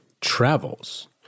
travels